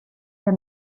der